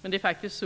Det finns